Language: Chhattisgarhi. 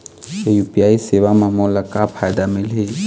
यू.पी.आई सेवा म मोला का फायदा मिलही?